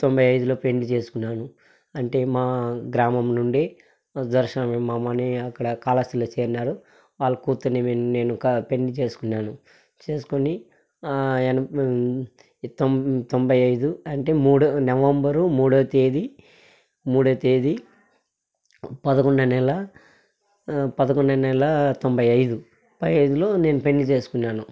తొంభై ఐదులో పెళ్లి చేసుకున్నాను అంటే మా గ్రామంలో నుండి దర్శనం మామని అక్కడ కాళహస్తిలో చేరినాడు వాళ్ళ కూతుర్ని నేను ఒక పెళ్లి చేసుకున్నాను చేసుకొని ఎనభై తొం తొంభై అంటే ఐదు మూడో నవంబర్ మూడో తేదీ మూడో తేదీ పదకొండవ నెల పదకొండు నెల తొంభై ఐదు పైనలో నేను పెళ్లి చేసుకున్నాను